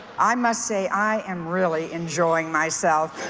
i must say i am really enjoying myself,